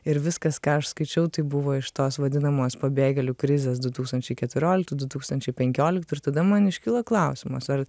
ir viskas ką aš skaičiau tai buvo iš tos vadinamos pabėgelių krizės du tūkstančiai keturioliktų du tūkstančiai penkioliktų ir tada man iškyla klausimas ar